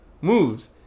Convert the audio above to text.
moves